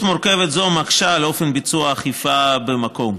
מורכבת זו מקשה על ביצוע האכיפה במקום.